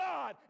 God